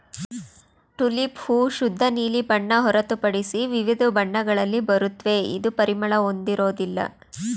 tulip ಹೂ ಶುದ್ಧ ನೀಲಿ ಬಣ್ಣ ಹೊರತುಪಡಿಸಿ ವಿವಿಧ ಬಣ್ಣಗಳಲ್ಲಿ ಬರುತ್ವೆ ಇದು ಪರಿಮಳ ಹೊಂದಿರೋದಿಲ್ಲ